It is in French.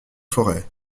forêts